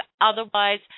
otherwise